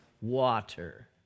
water